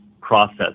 process